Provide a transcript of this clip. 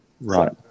Right